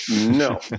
no